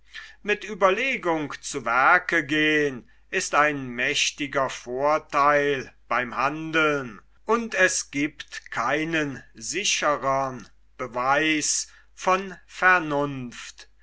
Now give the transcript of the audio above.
mit ueberlegung zu werke gehn ist ein mächtiger vortheil beim handeln und es giebt keinen sicherern beweis von vernunft